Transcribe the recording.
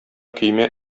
көймә